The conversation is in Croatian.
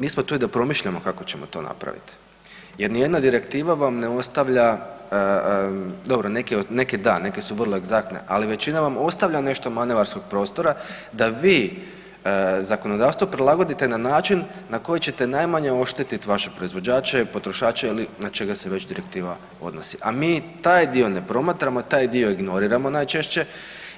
Mi smo tu i da promišljamo kako ćemo to napraviti jer nijedna direktiva vam ne ostavlja, dobro neke da, neke su vrlo egzaktne, ali većina vam ostavlja nešto manevarskog prostora da vi zakonodavstvo prilagodite na način na koji ćete najmanje ošteti vaše proizvođače, potrošače ili na čega se već direktiva odnosi, a mi taj dio ne promatramo, taj dio ignoriramo najčešće